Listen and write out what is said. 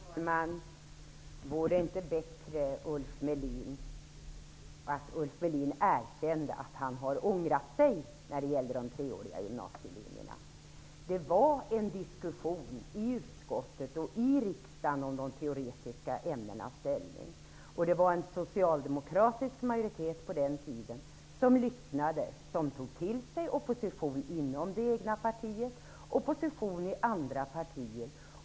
Herr talman! Vore det inte bättre att Ulf Melin erkände att han har ångrat sig när det gäller de treåriga gymnasielinjerna? Det fördes på den tiden en diskussion i utskottet och i kammaren om de teoretiska ämnenas ställning. En socialdemokratisk majoritet lyssnade och tog till sig opposition inom det egna partiet och från andra partier.